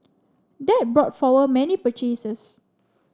that brought forward many purchases